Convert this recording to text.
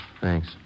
Thanks